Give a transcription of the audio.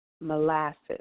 molasses